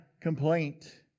complaint